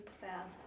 fast